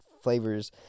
flavors